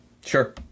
sure